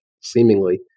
Seemingly